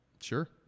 Sure